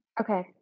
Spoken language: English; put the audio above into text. okay